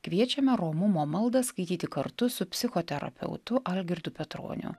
kviečiame romumo maldą skaityti kartu su psichoterapeutu algirdu petroniu